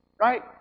Right